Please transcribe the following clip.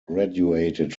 graduated